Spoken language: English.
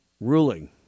ruling